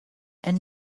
and